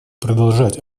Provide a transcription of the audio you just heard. продолжать